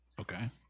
Okay